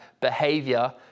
behavior